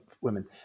women